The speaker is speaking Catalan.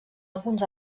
alguns